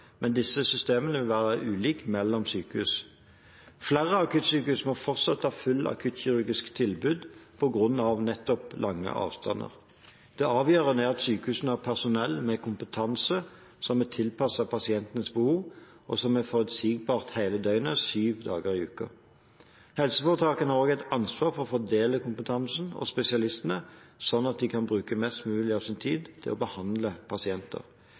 men disse systemene vil være ulike mellom sykehus. Flere akuttsykehus må fortsatt ha fullt akuttkirurgisk tilbud på grunn av lange avstander. Det avgjørende er at sykehuset har personell med kompetanse som er tilpasset pasientenes behov, og som er forutsigbart hele døgnet, syv dager i uken. Helseforetakene har også ansvar for å fordele kompetansen og spesialistene slik at de kan bruke mest mulig av sin tid på å behandle pasienter.